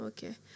Okay